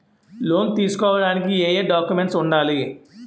Loan తీసుకోడానికి ఏయే documents వుండాలి?